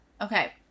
Okay